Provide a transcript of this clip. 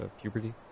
puberty